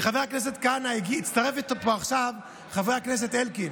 וחבר הכנסת כהנא, הצטרף פה עכשיו חבר הכנסת אלקין.